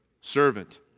servant